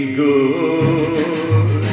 good